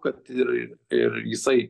kad ir ir jisai